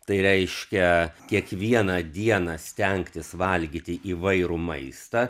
tai reiškia kiekvieną dieną stengtis valgyti įvairų maistą